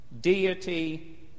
deity